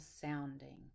sounding